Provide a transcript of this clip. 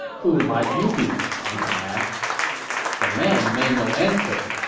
who might you be? pang tong asked the man made no answer.